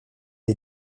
est